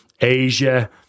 Asia